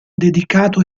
dedicato